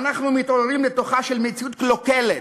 אנחנו מתעוררים לתוכה של מציאות קלוקלת,